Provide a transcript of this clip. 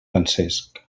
francesc